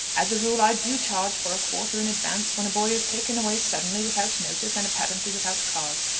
as a rule i do charge for a quarter in advance when a boy is taken away suddenly, without notice, and apparently without cause.